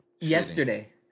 yesterday